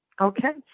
Okay